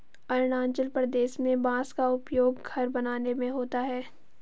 अरुणाचल प्रदेश में बांस का उपयोग घर बनाने में होता है